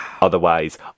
otherwise